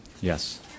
Yes